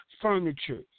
furniture